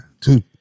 Two